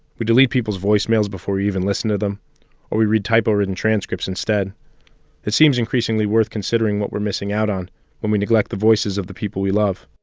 we delete people's voicemails before we even listen to them or we read typo-ridden transcripts instead it seems increasingly worth considering what we're missing out on when we neglect the voices of the people we love.